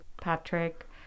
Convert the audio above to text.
Patrick